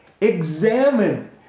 Examine